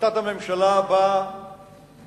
החלטת הממשלה באה